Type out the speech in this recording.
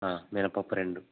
మినప్పప్పు రెండు